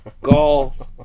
golf